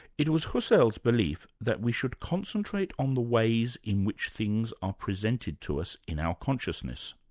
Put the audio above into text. it was husserl's belief that we should concentrate on the ways in which things are presented to us in our consciousness,